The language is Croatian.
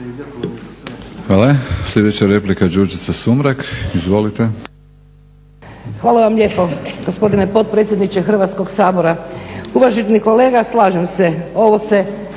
Hvala vam lijepo gospodine potpredsjedniče Hrvatskoga sabora. Uvaženi kolega slažem se, ovo se